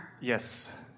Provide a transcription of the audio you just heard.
yes